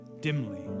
dimly